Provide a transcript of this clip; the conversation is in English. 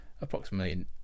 approximately